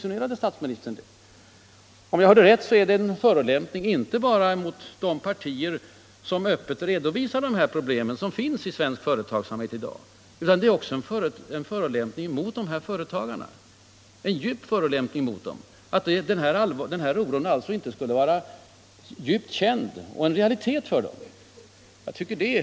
Hörde jag rätt är det en förolämpning inte bara mot de partier som öppet redovisar de problem som finns i svensk företagsamhet i dag utan också en förolämpning mot företagarna. Jag tycker det är en allvarlig sak att man skall behöva höra sådant.